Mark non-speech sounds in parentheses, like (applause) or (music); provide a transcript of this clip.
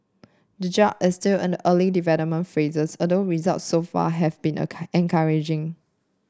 the drug is still in the early development phases although results so far have been (unintelligible) encouraging